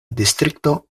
distrikto